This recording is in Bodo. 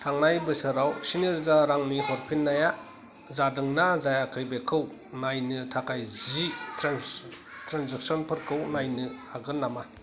थांनाय बोसोराव स्नि रोजा रांनि हरफिन्नाया जादोंना जायाखै बेखौ नायनो थाखाय जि ट्रेन्जेकसनफोरखौ नायनो हागोन नामा